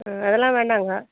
அதெலாம் வேணாங்க